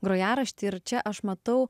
grojaraštį ir čia aš matau